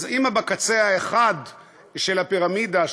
אז אם בקצה אחד של הפירמידה,